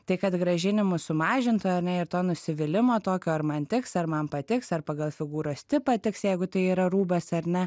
tai kad grąžinimų sumažintų ar ne ir to nusivylimo tokio ar man tiks ar man patiks ar pagal figūros tipą tiks jeigu tai yra rūbas ar ne